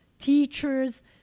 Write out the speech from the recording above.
teachers